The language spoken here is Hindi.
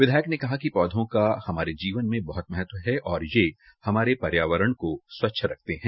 विधायक ने कहा कि पौधो को हमारे जीवन में बहुत महत्व है और ये हमारे पर्यावरण को स्वच्छ रखते है